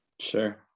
Sure